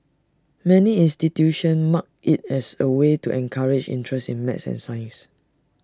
many institutions mark IT as A way to encourage interest in math and science